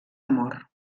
amor